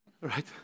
right